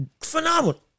phenomenal